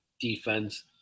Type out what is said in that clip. defense